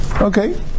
Okay